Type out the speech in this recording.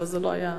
אבל זה לא היה,